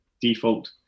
default